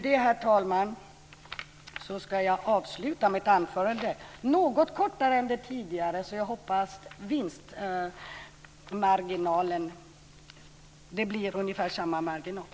Herr talman! Med detta avslutar jag mitt anförande. Det är något kortare än mitt tidigare. Jag hoppas att det blir ungefär samma tidsmarginal.